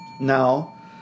Now